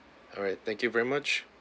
alright thank you very much